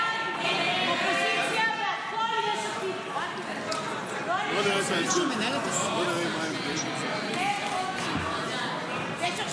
ההצעה להעביר לוועדה את הצעת חוק חינוך ממלכתי (תיקון,